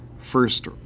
first